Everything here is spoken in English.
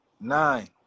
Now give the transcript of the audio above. nine